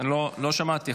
לא שמעתי.